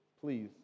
please